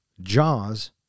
Jaws